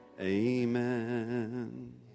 Amen